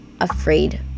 afraid